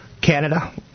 Canada